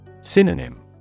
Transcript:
Synonym